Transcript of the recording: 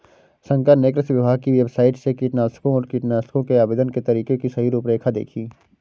शंकर ने कृषि विभाग की वेबसाइट से कीटनाशकों और कीटनाशकों के आवेदन के तरीके की सही रूपरेखा देखी